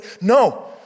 no